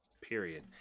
Period